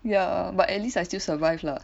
ya but at least I still survive lah